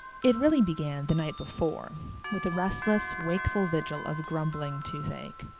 it really began the night before with a restless, wakeful vigil of grumbling toothache.